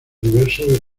diversos